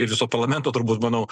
ir viso parlamento turbūt manau